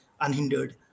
unhindered